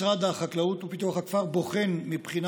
משרד החקלאות ופיתוח הכפר בוחן מבחינה